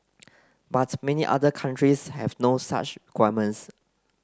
but many other countries have no such requirements